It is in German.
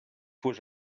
fuhr